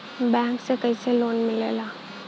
Bank से कइसे loan मिलेला?